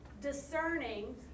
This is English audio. discerning